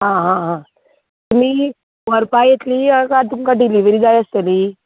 आं आं आं तुमी व्हरपा येतली कांय तुमकां डिलीवरी जाय आसतली